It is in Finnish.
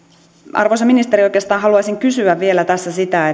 arvoisa ministeri oikeastaan haluaisin kysyä vielä tässä sitä